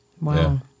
Wow